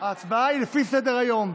רק תגיד, ההצבעה היא לפי סדר-היום.